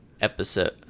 episode